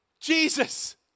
Jesus